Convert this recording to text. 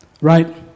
Right